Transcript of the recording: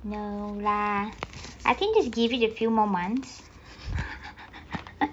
no lah I think just give it a few more months